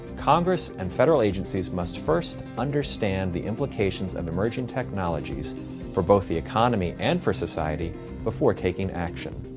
congress and federal agencies must first understand the implications of emerging technologies for both the economy and for society before taking action.